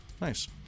Nice